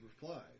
replied